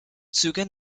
züge